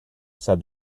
said